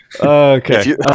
Okay